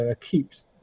keeps